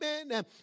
amen